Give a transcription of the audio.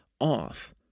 off